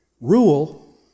rule